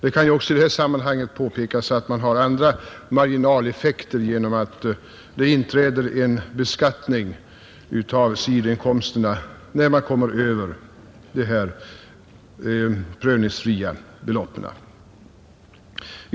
I sammanhanget kan också påpekas att man har andra marginaleffekter genom att det 83 inträder en beskattning av sidoinkomsterna när man kommer över de prövningsfria beloppen.